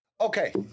Okay